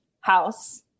house